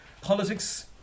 Politics